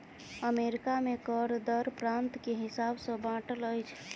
America में कर दर प्रान्त के हिसाब सॅ बाँटल अछि